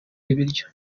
ibiryo